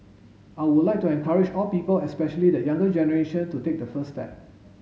I would like to encourage all people especially the younger generation to take the first step